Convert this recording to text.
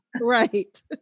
Right